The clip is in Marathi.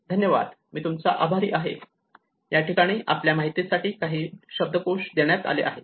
धन्यवाद मी तूमचा आभारी आहे